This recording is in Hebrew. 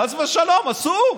חס ושלום, אסור".